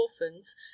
orphans